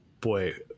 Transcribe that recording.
boy